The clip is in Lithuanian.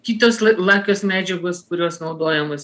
kitos lakios medžiagos kurios naudojamos